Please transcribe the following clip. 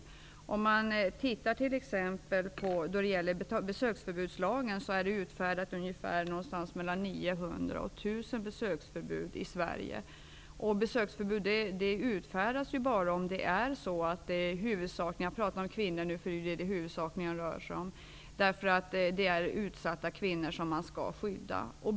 Som ett exempel kan man nämna att 900--1 000 besöksförbud är utfärdade i Sverige. Besöksförbud utfärdas bara för att skydda utsatta kvinnor -- det handlar ju huvudsakligen om kvinnor.